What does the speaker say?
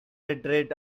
retreat